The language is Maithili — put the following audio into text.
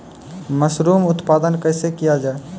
मसरूम उत्पादन कैसे किया जाय?